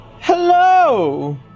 Hello